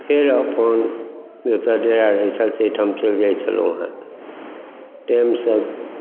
फेर अपन जतऽ डेरा रहैत छल ताहिठाम चलि जाइत छलहुँ हँ टाइमसँ